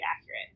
accurate